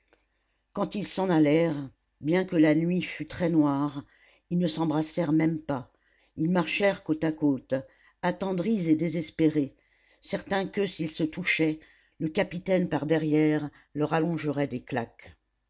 quand ils s'en allèrent bien que la nuit fût très noire ils ne s'embrassèrent même pas ils marchèrent côte à côte attendris et désespérés certains que s'ils se touchaient le capitaine par-derrière leur allongerait des claques